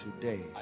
today